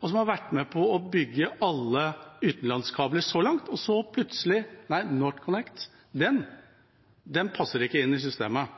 og har vært med på å bygge alle utenlandskabler så langt. Og så plutselig: Nei, NorthConnect passer ikke inn i systemet.